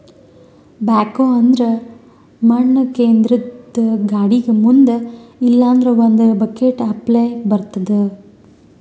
backhoe ಅಂದ್ರ ಮಣ್ಣ್ ಕೇದ್ರದ್ದ್ ಗಾಡಿಗ್ ಮುಂದ್ ಇಲ್ಲಂದ್ರ ಒಂದ್ ಬಕೆಟ್ ಅಪ್ಲೆ ಇರ್ತದ್